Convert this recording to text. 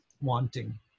wanting